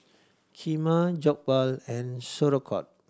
Kheema Jokbal and Sauerkraut